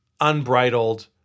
unbridled